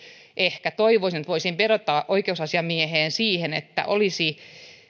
ehkä vedota oikeusasiamieheen että olisi